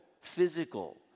physical